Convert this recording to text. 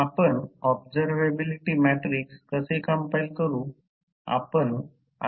आपण observability matrix कसे compile करू